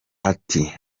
ati